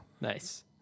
nice